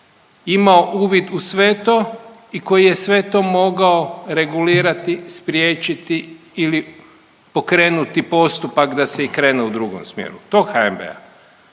imao uvid u sve to i koji je sve to mogao regulirati, spriječiti ili pokrenuti postupak da se i krene u drugom smjeru. Tog HNB-a.